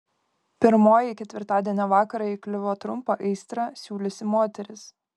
pirmoji ketvirtadienio vakarą įkliuvo trumpą aistrą siūliusi moteris